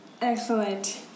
Excellent